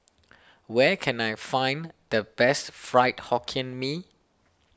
where can I find the best Fried Hokkien Mee